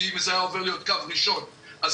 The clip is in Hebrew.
כי אם זה היה עובר להיות קו ראשון אז